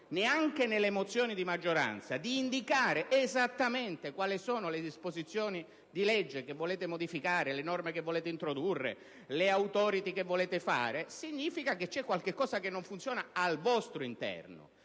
neanche nelle mozioni di maggioranza quali disposizioni di legge volete modificare, le norme che volete introdurre, le *Authority* che volete creare, ciò significa che c'è qualcosa che non funziona al vostro interno.